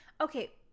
Okay